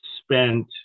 spent